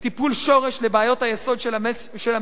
טיפול שורש לבעיות היסוד של המשק,